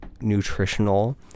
nutritional